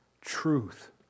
truth